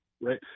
right